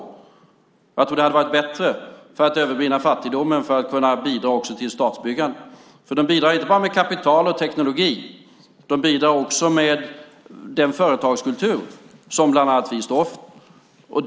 Jag tror att det hade varit bättre för att övervinna fattigdomen för att kunna bidra också till statsbyggande. Företagen bidrar inte bara med kapital och teknologi. De bidrar också med den företagskultur som bland andra vi står för.